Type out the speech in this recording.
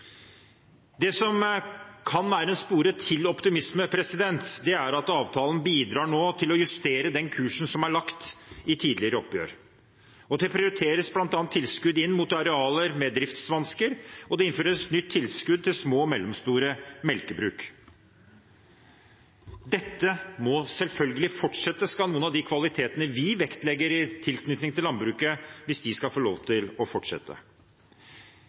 Det som kan være en spore til optimisme, er at avtalen bidrar til å justere den kursen som er lagt i tidligere oppgjør. Det prioriteres bl.a. tilskudd inn mot arealer med driftsvansker, og det innføres nytt tilskudd til små og mellomstore melkebruk. Dette må selvfølgelig fortsette skal noen av de kvalitetene vi vektlegger i tilknytning til landbruket, få lov til å fortsette.